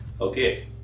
Okay